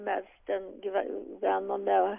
mes ten gyven gyvenome